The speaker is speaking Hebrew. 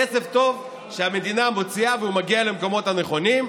כסף טוב זה כסף שהמדינה מוציאה והוא מגיע למקומות הנכונים,